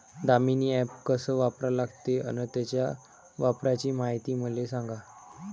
Damini app कस वापरा लागते? अन त्याच्या वापराची मायती मले सांगा